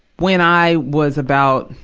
when i was about,